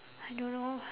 I don't know